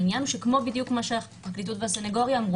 העניין שכמו בדיוק מה שהפרקליטות והסנגוריה אמרו,